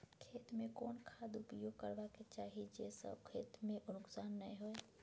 खेत में कोन खाद उपयोग करबा के चाही जे स खेत में नुकसान नैय होय?